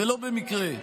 איזו קדנציה,